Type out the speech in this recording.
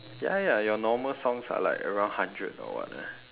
ya ya your normal sounds ah like around hundred or what ah